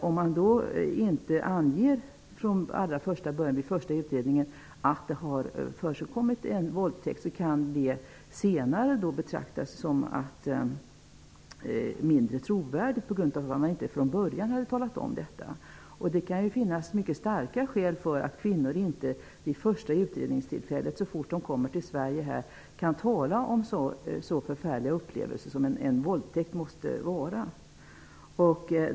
Om man inte anger vid den första utredningen att det har förekommit en våldtäkt, kan uppgiften senare betraktas som mindre trovärdig. Men det kan ju finnas mycket starka skäl för att kvinnor inte vid första utredningstillfället, så fort de kommer till Sverige, kan tala om en så förfärlig upplevelse som en våldtäkt måste vara.